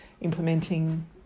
implementing